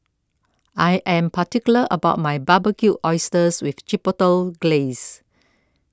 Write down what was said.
I am particular about my Barbecued Oysters with Chipotle Glaze